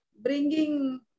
bringing